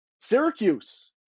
Syracuse